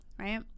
Right